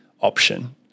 option